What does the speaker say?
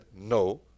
No